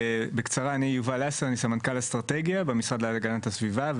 אני סמנכ"ל אסטרטגיה במשרד להגנת הסביבה.